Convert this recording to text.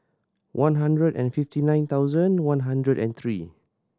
one hundred and fifty nine thousand one hundred and three